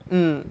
mm